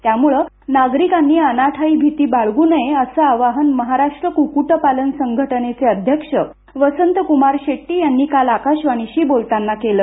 त्यामुळे नागरिकांनी अनाठायी भीती बाळगू नये असे आवाहन महाराष्ट्र कृक्कूटपालन संघटनेचे अध्यक्ष वसंत्कुमार शेट्टी यांनी काल आकाशवाणीशी बोलताना केलं